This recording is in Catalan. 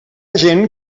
gent